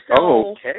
Okay